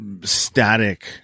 static